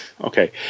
okay